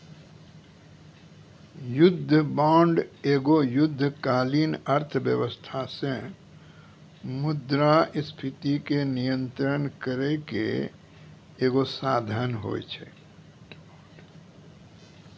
युद्ध बांड एगो युद्धकालीन अर्थव्यवस्था से मुद्रास्फीति के नियंत्रण करै के एगो साधन होय छै